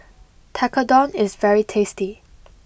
Tekkadon is very tasty